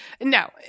no